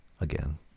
again